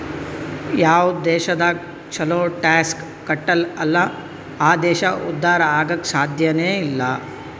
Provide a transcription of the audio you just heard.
ಯಾವ್ ದೇಶದಾಗ್ ಛಲೋ ಟ್ಯಾಕ್ಸ್ ಕಟ್ಟಲ್ ಅಲ್ಲಾ ಆ ದೇಶ ಉದ್ಧಾರ ಆಗಾಕ್ ಸಾಧ್ಯನೇ ಇಲ್ಲ